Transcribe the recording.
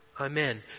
Amen